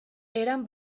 eran